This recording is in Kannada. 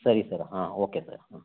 ಸರಿ ಸರ್ ಹಾಂ ಓಕೆ ಸರ್ ಹಾಂ